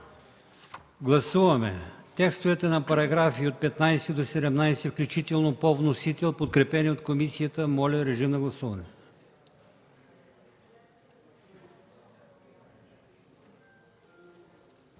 Гласуваме текстовете на параграфи от 15 до 17 включително по вносител, подкрепени от комисията. Моля, гласувайте.